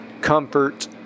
comfort